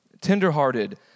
tenderhearted